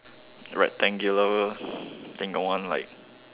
rectangular then got one like